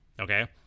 Okay